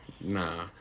Nah